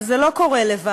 אבל זה לא קורה לבד.